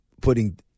putting